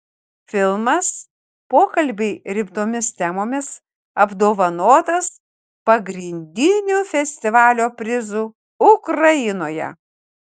filmas pokalbiai rimtomis temomis apdovanotas pagrindiniu festivalio prizu ukrainoje